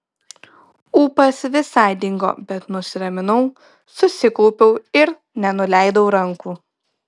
ūpas visai dingo bet nusiraminau susikaupiau ir nenuleidau rankų